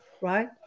right